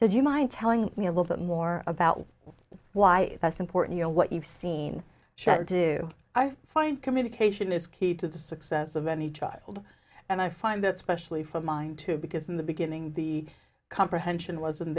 as you mind telling me a little bit more about why that's important what you've seen share do i find communication is key to the success of any child and i find that specially for mine too because in the beginning the comprehension wasn't